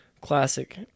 classic